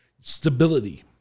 stability